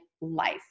life